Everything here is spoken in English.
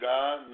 God